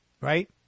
Right